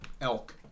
elk